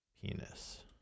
penis